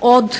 od